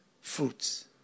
fruits